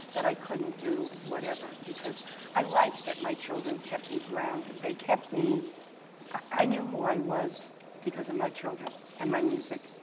that i couldn't do whatever, because i liked that my children kept me grounded. they kept me i knew who i was because of my children and my music.